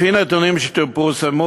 לפי נתונים שפורסמו,